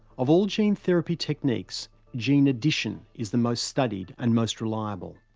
of all gene therapy techniques, gene addition is the most studied and most reliable.